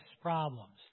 problems